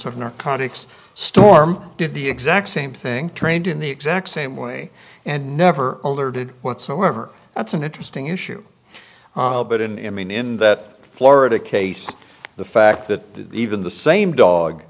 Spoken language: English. of narcotics storm did the exact same thing trained in the exact same way and never did whatsoever that's an interesting issue but in him and in that florida case the fact that even the same dog